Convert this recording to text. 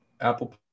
Apple